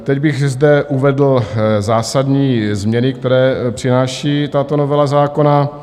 Teď bych zde uvedl zásadní změny, které přináší tato novela zákona.